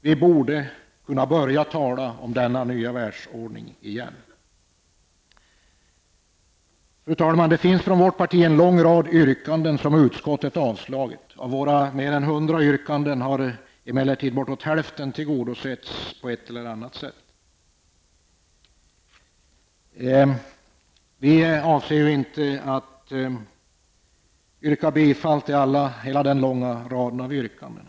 Vi borde kunna börja tala om den nya ekonomiska världsordningen igen. Herr talman! Det finns från vårt parti en lång rad yrkanden som utskottet avstyrkt. Av våra mer än 100 yrkanden har emellertid bortåt hälften tillgodosetts på ett eller annat sätt. Vi avser inte att yrka bifall till hela denna rad av yrkanden.